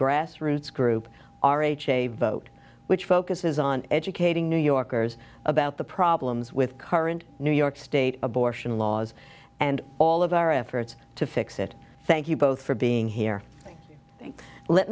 grassroots group r h a vote which focuses on educating new yorkers about the problems with current new york state abortion laws and all of our efforts to fix it thank you both for being here let